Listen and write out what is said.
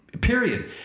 Period